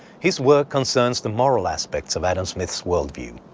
his work concerns the moral aspects of adam smith's worldview.